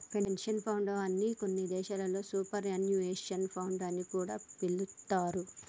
pension fund నే కొన్ని దేశాల్లో సూపర్ యాన్యుయేషన్ ఫండ్ అని కూడా పిలుత్తారు